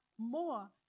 more